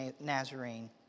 Nazarene